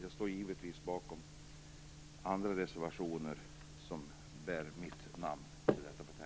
Jag står givetvis bakom även andra reservationer som bär mitt namn i detta betänkande.